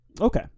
Okay